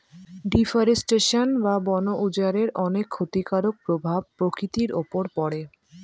deforestation বা বন উজাড়ের অনেক ক্ষতিকারক প্রভাব প্রকৃতির উপর পড়ে